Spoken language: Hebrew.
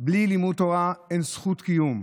בלי לימוד תורה אין זכות קיום,